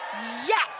Yes